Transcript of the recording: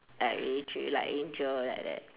like really treat you like angel like that